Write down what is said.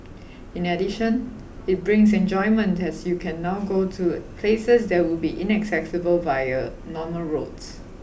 in addition it brings enjoyment as you can now go to places that would be inaccessible via normal roads